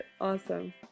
Awesome